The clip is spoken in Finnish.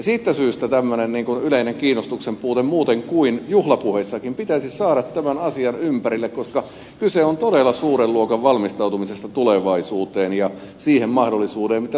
siitä syystä tämmöinen yleinen kiinnostuksen puute muutenkin kuin juhlapuheissa pitäisi saada tämän asian ympärille koska kyse on todella suuren luokan valmistautumisesta tulevaisuuteen ja siihen mahdollisuuteen mitä tulevaisuus antaa